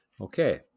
Okay